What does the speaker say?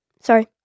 Sorry